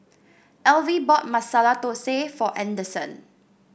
Elvie bought Masala Thosai for Anderson